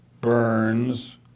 Burns